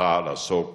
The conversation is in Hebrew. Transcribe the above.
שצריכה לעסוק